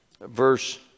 verse